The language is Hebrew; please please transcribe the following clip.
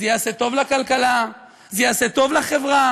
זה יעשה טוב לכלכלה, זה יעשה טוב לחברה.